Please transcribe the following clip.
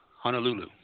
Honolulu